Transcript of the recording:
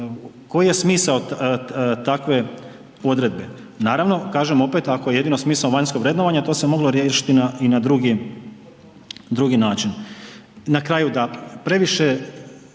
koji je smisao takve odredbe? Naravno, kažem opet ako je jedino smisao vanjsko vrednovanje to se moglo riješiti i na drugi,